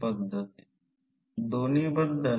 तर मग त्यास वजा करावे लागेल